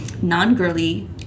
non-girly